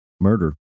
murder